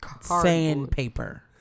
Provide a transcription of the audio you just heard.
sandpaper